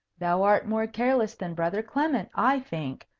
thou art more careless than brother clement, i think,